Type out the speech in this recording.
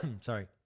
Sorry